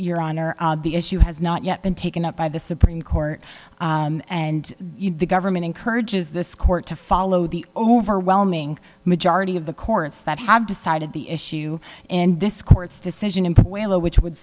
your honor the issue has not yet been taken up by the supreme court and the government encourages this court to follow the overwhelming majority of the courts that have decided the issue and this court's decision in a low which would